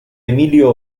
emilio